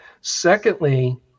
Secondly